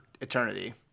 eternity